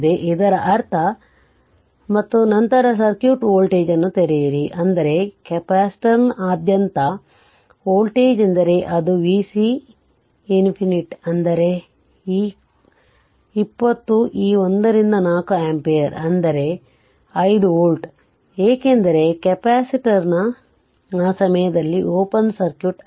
ಇದರರ್ಥ ಮತ್ತು ನಂತರ ಸರ್ಕ್ಯೂಟ್ ವೋಲ್ಟೇಜ್ ಅನ್ನು ತೆರೆಯಿರಿ ಅಂದರೆ ಕೆಪಾಸಿಟರ್ನಾದ್ಯಂತ ವೋಲ್ಟೇಜ್ ಎಂದರೆ ಅದು vc ∞ ಅಂದರೆ ಈ 20 ಈ 1 ರಿಂದ 4 ಆಂಪಿಯರ್ ಅಂದರೆ 5 ವೋಲ್ಟ್ ಏಕೆಂದರೆ ಕೆಪಾಸಿಟರ್ ಆ ಸಮಯದಲ್ಲಿ ಓಪನ್ ಸರ್ಕ್ಯೂಟ್ ಆಗಿದೆ